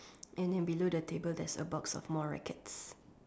and then below the table there is a box of more rackets